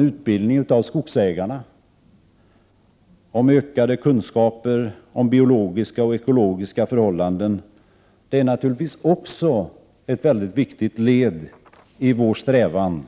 Utbildningen syftar till ökade kunskaper om biologiska och ekologiska förhållanden och är naturligtvis också ett viktigt led i vår strävan